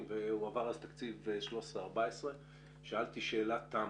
הועבר תקציב 2013 2014. שאלתי שאלת תם: